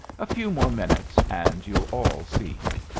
a few more minutes and you'll all see him.